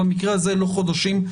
במקרה הזה לא חודשים,